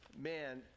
man